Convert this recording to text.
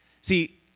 See